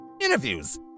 interviews